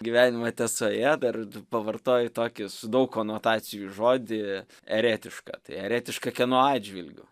gyvenimą tiesoje dar pavartoji tokį su daug konotacijų žodį eretiška tai eretiška kieno atžvilgiu